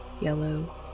yellow